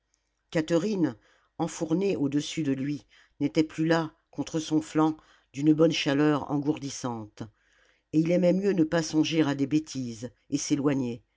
catherine enfournée au-dessus de lui n'était plus là contre son flanc d'une bonne chaleur engourdissante et il aimait mieux ne pas songer à des bêtises et s'éloigner